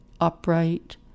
upright